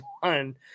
one